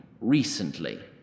recently